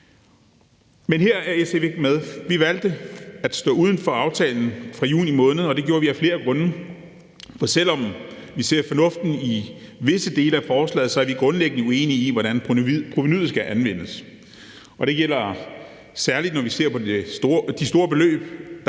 Men her er SF ikke med. Vi valgte at stå uden for aftalen fra juni måned, og det gjorde vi af flere grunde. For selv om vi ser fornuften i visse dele af forslaget, er vi grundlæggende uenige i, hvordan provenuet skal anvendes. Det gælder særlig, når vi ser på de store beløb,